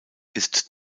ist